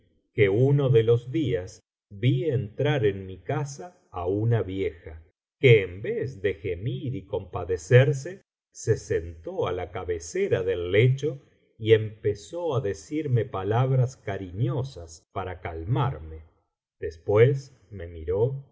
que uno de los días vi entrar en mí casa á una vieja que en vez de gemir y compadecerse se sentó á la cabecera del lecho y empezó á decirme palabras cariñosas para calmarme después me miró me